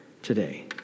Today